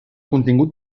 contingut